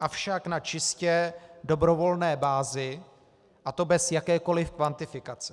avšak na čistě dobrovolné bázi, a to bez jakékoli kvantifikace.